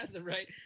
right